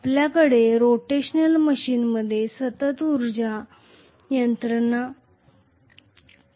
आपल्याकडे रोटेशनल मशीनमध्ये सतत ऊर्जा यंत्रणा कार्यरत आहे